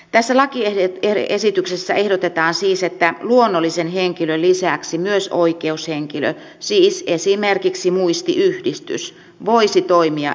tässä lakiesityksessä ehdotetaan siis että luonnollisen henkilön lisäksi myös oikeushenkilö siis esimerkiksi muistiyhdistys voisi toimia edunvalvontavaltuutettuna